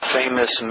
famous